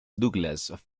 douglas